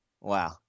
Wow